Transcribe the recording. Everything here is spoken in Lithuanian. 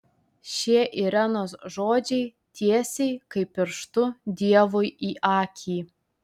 šie irenos žodžiai tiesiai kaip pirštu dievui į akį